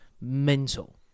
Mental